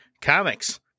comics